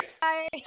Hi